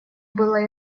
было